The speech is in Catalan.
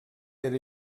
era